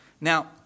Now